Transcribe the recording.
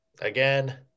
Again